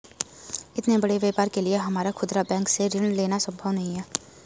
इतने बड़े व्यापार के लिए हमारा खुदरा बैंक से ऋण लेना सम्भव नहीं है